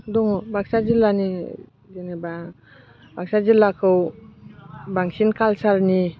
दङ बाक्सा जिल्लानि जेनेबा बाक्सा जिल्लाखौ बांसिन कालचारनि